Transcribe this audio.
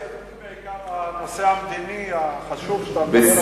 אולי בעיקר הנושא המדיני החשוב שאתה מדבר עליו.